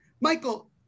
Michael